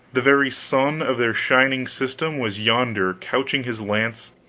the very sun of their shining system was yonder couching his lance,